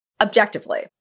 Objectively